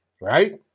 right